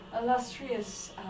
illustrious